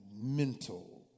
mental